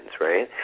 right